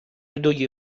دوی